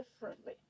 differently